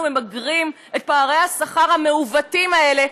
ממגרים את פערי השכר המעוותים האלה,